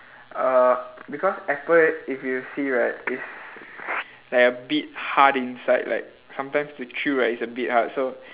uh because apple if you see right is like a bit hard inside like sometimes you chew right it's a bit hard so